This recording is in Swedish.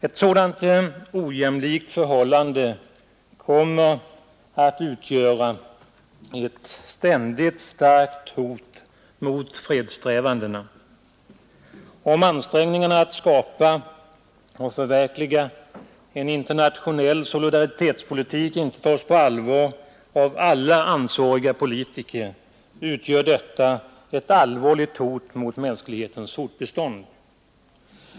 Ett sådant ojämlikt förhållande kommer att utgöra ett ständigt starkt hot mot fredssträvandena. Om ansträngningarna att skapa och förverkliga en internationell solidaritetspolitik inte tas på allvar av alla ansvariga politiker utgör detta ett allvarligt hot mot mänsklighetens fortbestånd.